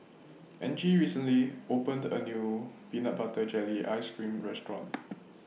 Angie recently opened A New Peanut Butter Jelly Ice Cream Restaurant